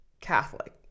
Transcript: Catholic